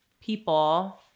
people